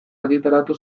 argitaratu